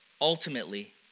ultimately